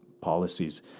policies